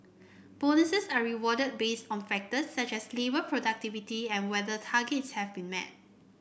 bonuses are awarded based on factors such as labour productivity and whether targets have been met